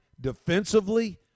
defensively